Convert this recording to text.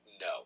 no